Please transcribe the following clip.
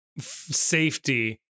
safety